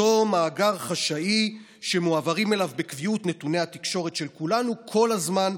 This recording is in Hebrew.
אותו מאגר חשאי שמועברים אליו בקביעות נתוני התקשורת של כולנו כל הזמן,